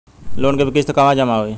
Loan के किस्त कहवा जामा होयी?